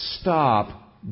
stop